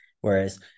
Whereas